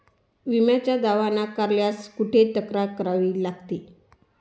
विम्याचा दावा नाकारल्यास कुठे तक्रार करावी लागते?